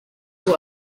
ubu